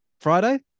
Friday